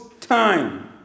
time